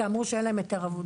כי אמרו שאין להם היתר עבודה.